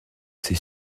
c’est